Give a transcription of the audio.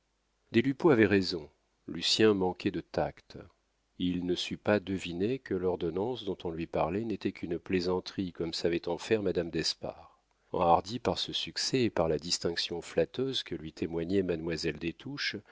des lupeaulx avait raison lucien manquait de tact il ne sut pas deviner que l'ordonnance dont on lui parlait n'était qu'une plaisanterie comme savait en faire madame d'espard enhardi par ce succès et par la distinction flatteuse que lui témoignait mademoiselle